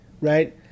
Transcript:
right